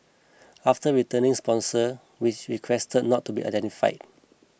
after returning sponsor which requested not to be identified